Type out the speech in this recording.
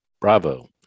bravo